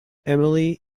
emily